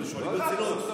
לא, אני שואל ברצינות.